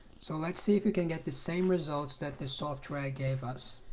so let's see if we can get the same results that the software gave us